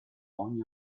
ogni